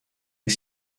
est